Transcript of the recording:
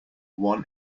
one